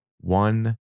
one